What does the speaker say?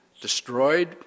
destroyed